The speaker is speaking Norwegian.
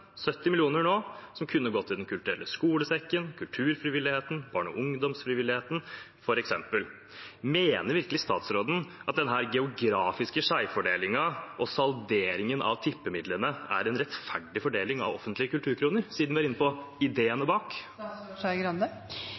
70 mill. kr nå, som kunne gått til Den kulturelle skolesekken, kulturfrivilligheten, barne- og ungdomsfrivilligheten, f.eks. Mener statsråden virkelig at denne geografiske skjevfordelingen og salderingen av tippemidlene er en rettferdig fordeling av offentlige kulturkroner – siden hun er inne på ideene bak?